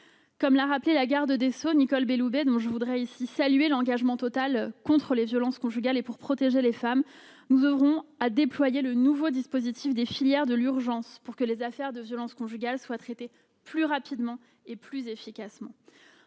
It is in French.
Comme l'a rappelé la garde des sceaux, Nicole Belloubet, dont je voudrais ici saluer l'engagement total contre les violences conjugales et pour protéger les femmes, nous aurons à déployer le nouveau dispositif des filières de l'urgence, afin que les affaires de violences conjugales soient traitées plus rapidement et plus efficacement.